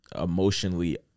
emotionally